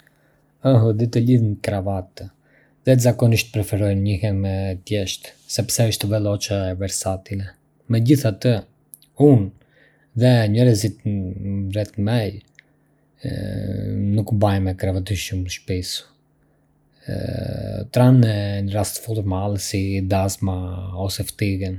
Hëh di të lidh një kravatë dhe zakonisht preferoj nyjën e thjeshtë sepse është veloce e versatile. Megjithatë, unë dhe njerëzit rreth meje nuk mbajmë kravatë shumë shpesh, tranne në raste formale si dasma ose ftigën.